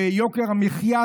ביוקר המחיה,